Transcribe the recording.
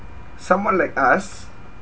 someone like us